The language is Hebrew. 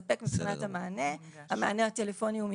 אבל ללא ספק הם התכוונו לומר שכרגע זה סגור אבל כשיש מקרה לגופו,